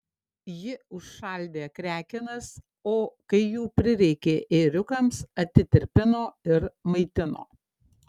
ji užšaldė krekenas o kai jų prireikė ėriukams atitirpino ir maitino